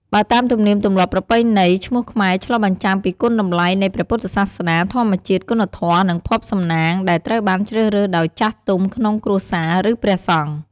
បើតាមទំនៀមទម្លាប់ប្រណៃណី ឈ្មោះខ្មែរឆ្លុះបញ្ចាំងពីគុណតម្លៃនៃព្រះពុទ្ធសាសនា ធម្មជាតិ គុណធម៌ និងភ័ព្វសំណាង ដែលត្រូវបានជ្រើសរើសដោយចាស់ទុំក្នុងគ្រួសារ ឬព្រះសង្ឃ។